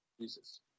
Jesus